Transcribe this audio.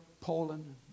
Poland